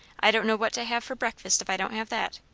i don't know what to have for breakfast if i don't have that.